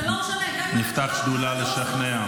נפתח שדולה לשכנע.